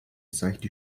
seichte